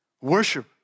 Worship